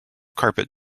carpet